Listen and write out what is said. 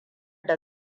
da